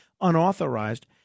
unauthorized